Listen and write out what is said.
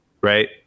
right